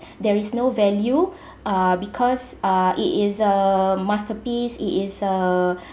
there is no value uh because uh it is a masterpiece it is a